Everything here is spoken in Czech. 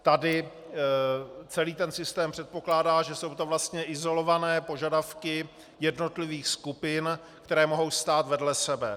Tady celý ten systém předpokládá, že jsou to vlastně izolované požadavky jednotlivých skupin, které mohou stát vedle sebe.